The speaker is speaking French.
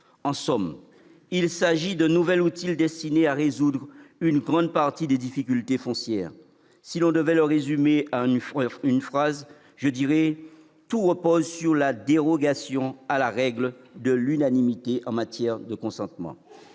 En somme, il s'agit d'un nouvel outil destiné à résoudre une grande partie des difficultés foncières. Si l'on devait le résumer en une phrase, je dirais que tout repose sur la dérogation à la règle de l'unanimité en matière de consentement.